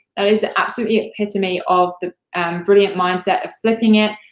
that is the absolute epitome of the brilliant mindset of flipping it,